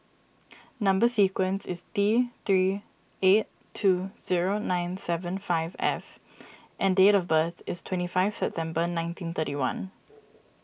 Number Sequence is T three eight two zero nine seven five F and date of birth is twenty five September nineteen thirty one